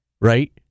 right